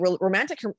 romantic